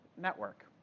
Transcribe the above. network